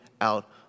out